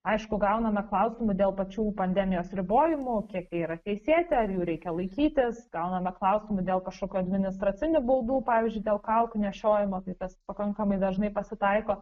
aišku gauname klausimų dėl pačių pandemijos ribojimų kiek yra teisėti ar jų reikia laikytis gauname klausimų dėl kažkokių administracinių baudų pavyzdžiui dėl kaukių nešiojimo tai tas pakankamai dažnai pasitaiko